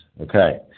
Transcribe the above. Okay